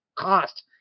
cost